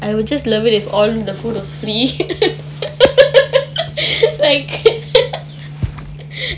I would just love it if all the food was free like